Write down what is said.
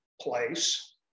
place